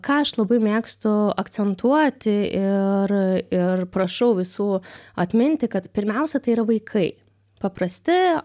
ką aš labai mėgstu akcentuoti ir ir prašau visų atminti kad pirmiausia tai yra vaikai paprasti